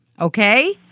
okay